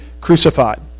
crucified